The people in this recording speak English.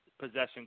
Possession